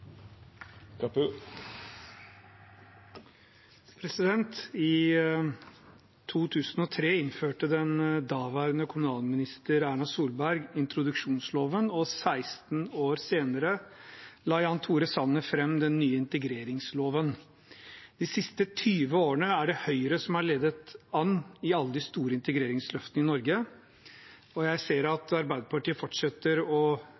I 2003 innførte daværende kommunalminister Erna Solberg introduksjonsloven, og 16 år senere la Jan Tore Sanner fram den nye integreringsloven. De siste 20 årene er det Høyre som har ledet an i alle de store integreringsløftene i Norge. Jeg ser at Arbeiderpartiet fortsetter å